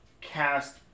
cast